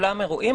אולם אירועים.